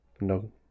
no